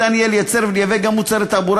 ניתן יהיה לייצר ולייבא גם מוצרי תעבורה